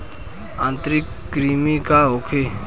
आंतरिक कृमि का होखे?